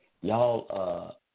y'all